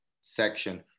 section